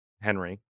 Henry